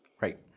Right